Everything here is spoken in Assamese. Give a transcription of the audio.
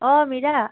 অ' মীৰা